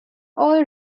all